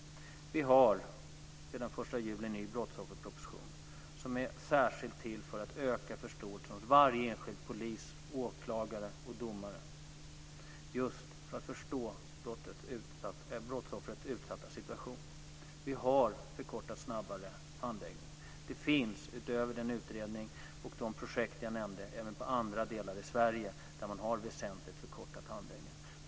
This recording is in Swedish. Vi har sedan den 1 juli en ny brottsofferproposition. Den är särskilt till för att öka förståelsen hos varje enskild polis, åklagare och domare för brottsoffrets utsatta situation. Vi har förkortat handläggningen. Det finns utöver den utredning och de projekt jag nämnde även andra delar i Sverige där man väsentligt har förkortat handläggningen.